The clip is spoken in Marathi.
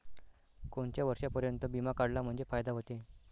कोनच्या वर्षापर्यंत बिमा काढला म्हंजे फायदा व्हते?